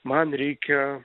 man reikia